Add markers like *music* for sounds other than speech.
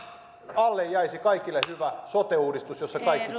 alle jäisi kaikille hyvä sote uudistus jossa kaikki *unintelligible*